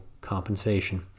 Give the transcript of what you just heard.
compensation